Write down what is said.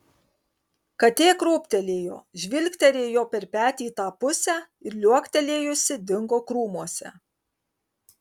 katė krūptelėjo žvilgterėjo per petį į tą pusę ir liuoktelėjusi dingo krūmuose